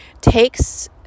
takes